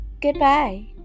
goodbye